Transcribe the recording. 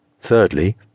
Thirdly